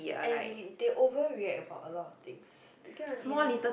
and they overreact about a lot of things you get what I mean